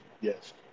Yes